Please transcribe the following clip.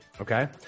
okay